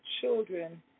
children